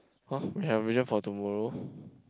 !huh! we have a vision for tomorrow